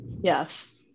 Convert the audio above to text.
Yes